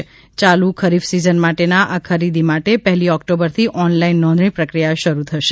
યાલુ ખરીફ સીઝન માટેના આ ખરીદી માટે પહેલી ઓકટોબરથી ઓનલાઇન નોંધણી પ્રક્રિયા શરૂ થશે